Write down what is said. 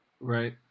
right